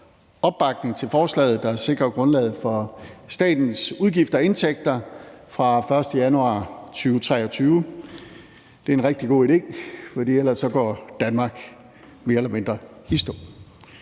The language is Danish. opbakning til forslaget, der sikrer grundlaget for statens udgifter og indtægter fra den 1. januar 2023. Det er en rigtig god idé, for ellers går Danmark mere eller mindre i stå.